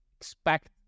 expect